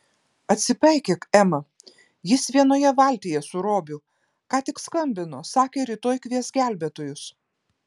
atsipeikėk ema jis vienoje valtyje su robiu ką tik skambino sakė rytoj kvies gelbėtojus